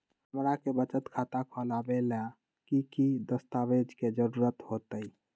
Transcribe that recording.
हमरा के बचत खाता खोलबाबे ला की की दस्तावेज के जरूरत होतई?